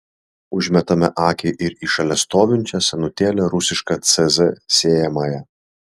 užmetame akį ir į šalia stovinčią senutėlę rusišką cz sėjamąją